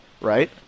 right